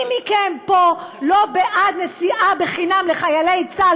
מי מכם פה לא בעד נסיעה בחינם לחיילי צה"ל